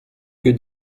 que